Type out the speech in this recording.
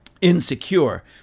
insecure